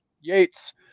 Yates